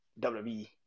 WWE